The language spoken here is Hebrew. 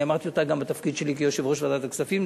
אני אמרתי אותה גם בתפקיד שלי כיושב-ראש ועדת הכספים,